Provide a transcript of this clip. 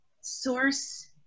source